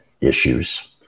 issues